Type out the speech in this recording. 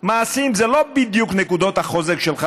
מעשים זה לא בדיוק נקודות החוזק שלך,